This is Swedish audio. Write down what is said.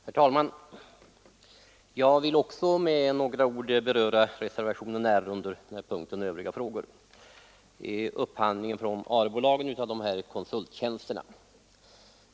Herr talman! Jag vill också med några ord beröra reservationen R under punkten Övriga frågor, som gäller upphandling från ARE-bolagen av vissa konsulttjänster.